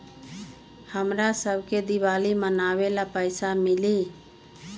हमरा शव के दिवाली मनावेला पैसा मिली?